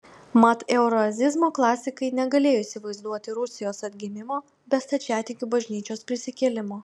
mat euroazizmo klasikai negalėjo įsivaizduoti rusijos atgimimo be stačiatikių bažnyčios prisikėlimo